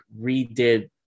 redid